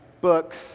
books